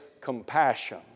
compassion